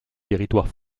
territoire